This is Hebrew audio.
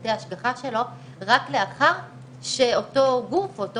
שירותי ההשגחה שלו רק לאחר שאותו גוף או אותו